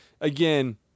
again